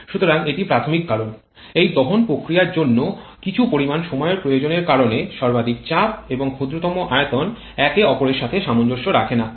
সুতরাং এটি প্রাথমিক কারণ এই দহন প্রক্রিয়ার জন্য কিছু পরিমাণ সময়ের প্রয়োজনের কারণে সর্বাধিক চাপ এবং ক্ষুদ্রতম আয়তন একে অপরের সাথে সামঞ্জস্য রাখে না